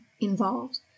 involved